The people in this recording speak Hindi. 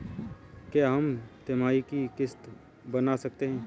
क्या हम तिमाही की किस्त बना सकते हैं?